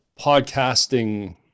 podcasting